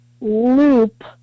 loop